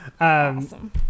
Awesome